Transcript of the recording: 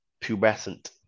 pubescent